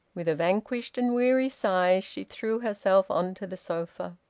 with a vanquished and weary sigh, she threw herself on to the sofa.